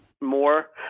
more